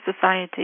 society